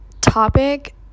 topic